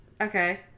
Okay